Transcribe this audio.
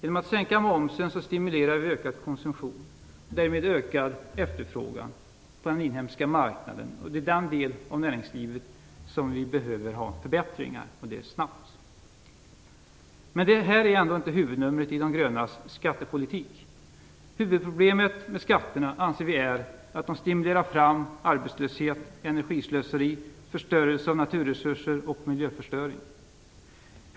Genom en momssänkning stimulerar vi till ökad konsumtion och därmed till ökad efterfrågan på den inhemska marknaden, och det är den del av näringslivet där vi behöver ha förbättringar, och det måste ske snabbt. Men detta är ändå inte huvudnumret i de grönas skattepolitik. Huvudproblemet med skatterna anser vi är att de förorsakar arbetslöshet, energislöseri, förstörelse av naturresurser och miljöförstöring.